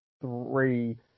three